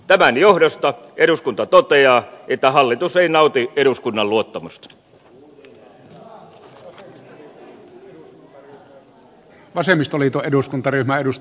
tämän johdosta eduskunta toteaa että hallitus ei nauti eduskunnan luottamusta